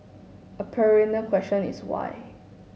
a perennial question is why